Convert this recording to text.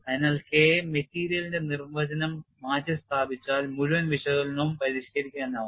അതിനാൽ K മെറ്റീരിയലിന്റെ നിർവചനം മാറ്റിസ്ഥാപിച്ചാൽ മുഴുവൻ വിശകലനവും പരിഷ്കരിക്കാനാകും